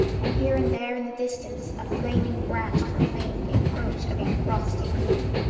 and here and there in the distance a flaming branch proclaimed the approach of a frosty wooing.